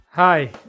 Hi